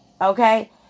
Okay